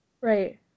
right